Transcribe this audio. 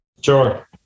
Sure